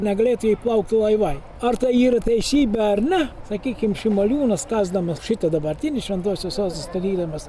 negalėtų įplaukti laivai ar tai yra teisybė ar ne sakykim šimoliūnas kasdamas šitą dabartinį šventosios uostą statydamas